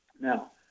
Now